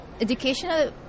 educational